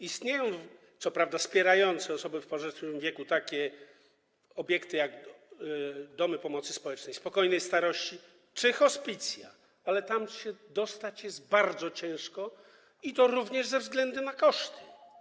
Istnieją co prawda wspierające osoby w podeszłym wieku takie obiekty jak: domy pomocy społecznej, spokojnej starości, czy hospicja, ale tam się dostać jest bardzo ciężko, i to również ze względu na koszty.